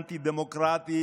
אנטי-דמוקרטית,